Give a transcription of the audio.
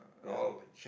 yeah